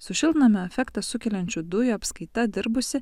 su šiltnamio efektą sukeliančių dujų apskaita dirbusi